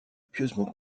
pieusement